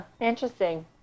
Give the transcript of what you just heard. Interesting